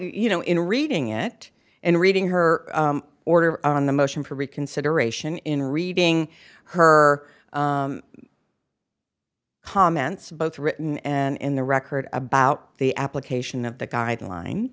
you know in reading it in reading her order on the motion for reconsideration in reading her comments both written and in the record about the application of the guideline